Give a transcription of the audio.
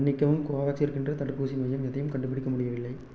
மன்னிக்கவும் கோவோவேக்ஸின் என்ற தடுப்பூசி மையம் எதையும் கண்டுபிடிக்க முடியவில்லை